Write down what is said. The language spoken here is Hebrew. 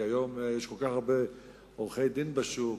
כי היום יש כל כך הרבה עורכי-דין בשוק,